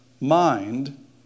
mind